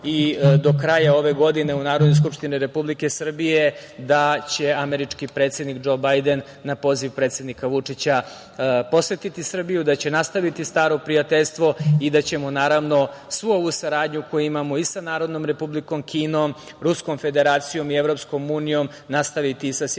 i do kraja ove godine u Narodnoj skupštini Republike Srbije, da će američki predsednik Džo Bajden na poziv predsednika Vučića posetiti Srbiju, da će nastaviti staro prijateljstvo i da ćemo svu ovu saradnju koju imamo i sa Narodnom Republikom Kinom, Ruskom Federacijom i EU nastaviti i sa SAD, nastaviti